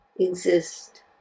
exist